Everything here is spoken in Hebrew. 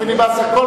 פיליבסטר.